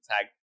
tag